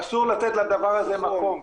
אסור לתת לדבר הזה מקום,